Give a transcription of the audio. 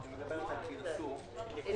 הפסקה הראשונה מדברת על סכום הרשאה להתחייב נגיע